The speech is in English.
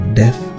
death